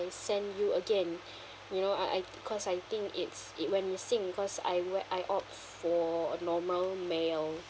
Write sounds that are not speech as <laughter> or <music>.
I send you again <breath> you know I I cause I think it's it went missing cause I wea~ I opt for a normal mail